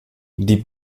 die